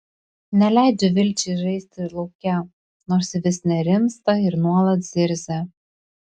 neleidžiu vilčiai žaisti lauke nors ji vis nerimsta ir nuolat zirzia